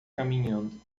caminhando